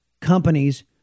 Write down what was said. companies